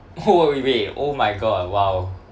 oh w~ wait oh my god !wow!